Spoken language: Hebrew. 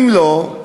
אם לא,